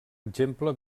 exemple